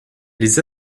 les